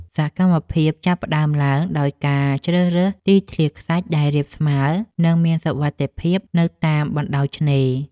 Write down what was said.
សកម្មភាពចាប់ផ្ដើមឡើងដោយការជ្រើសរើសទីធ្លាខ្សាច់ដែលរាបស្មើ និងមានសុវត្ថិភាពនៅតាមបណ្ដោយឆ្នេរ។